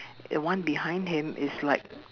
the one behind him is like